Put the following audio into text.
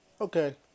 Okay